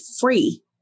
free